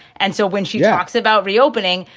and so when she talks about reopening,